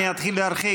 אני אתחיל להרחיק?